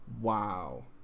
Wow